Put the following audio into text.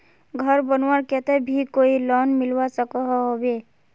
घोर बनवार केते भी कोई लोन मिलवा सकोहो होबे?